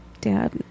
dad